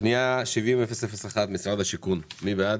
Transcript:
פנייה 70001 משרד השיכון, מי בעד,